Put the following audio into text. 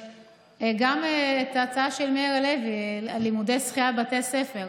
וגם את ההצעה של מאיר הלוי ללימודי שחייה בבתי ספר,